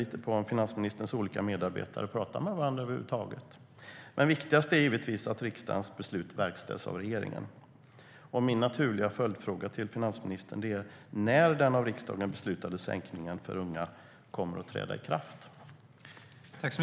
Pratar inte finansministerns olika medarbetare med varandra över huvud taget?